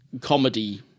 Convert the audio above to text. comedy